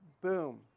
Boom